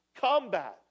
combat